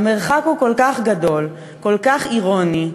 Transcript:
המרחק כל כך גדול, כל כך אירוני.